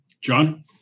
John